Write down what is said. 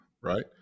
right